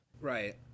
Right